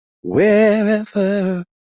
wherever